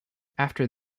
after